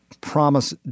promise